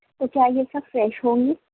تو کیا یہ سب فریش ہوں گی